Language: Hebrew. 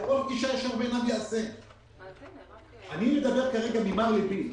אני מדבר כרגע ממר לבי.